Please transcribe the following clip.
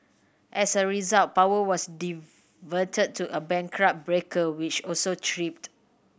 as a result power was diverted to a backup breaker which also tripped